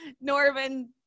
Norman